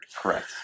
Correct